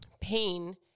pain